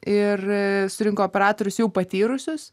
ir surinko operatorius jau patyrusius